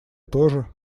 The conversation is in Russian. тоже